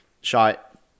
shot